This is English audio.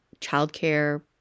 childcare